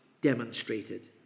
demonstrated